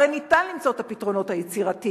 הרי ניתן למצוא את הפתרונות היצירתיים.